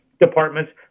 departments